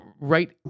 right